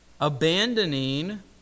abandoning